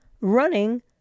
running